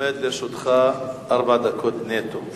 עומדות לרשותך ארבע דקות נטו.